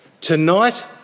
Tonight